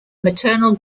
maternal